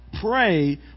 Pray